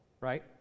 right